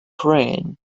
praying